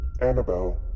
Annabelle